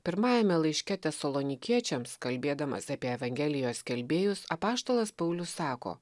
pirmajame laiške tesalonikiečiams kalbėdamas apie evangelijos skelbėjus apaštalas paulius sako